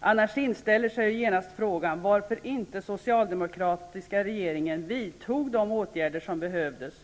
Annars inställer sig genast frågan varför inte den socialdemokratiska regeringen under sin tid före valet vidtog de åtgärder som behövdes.